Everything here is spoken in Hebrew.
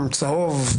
צהוב,